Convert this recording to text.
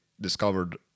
discovered